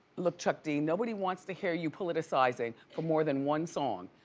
look chuck d, nobody wants to hear you politicizing for more than one song.